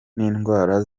n’indwara